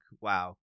wow